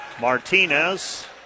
Martinez